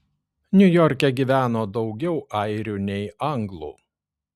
niujorke gyveno daugiau airių nei anglų